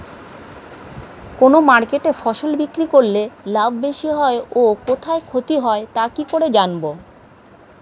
কোন মার্কেটে ফসল বিক্রি করলে লাভ বেশি হয় ও কোথায় ক্ষতি হয় তা কি করে জানবো?